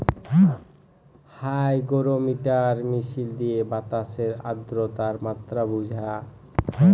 hygrometer মিশিল দিঁয়ে বাতাসের আদ্রতার মাত্রা বুঝা হ্যয়